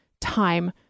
time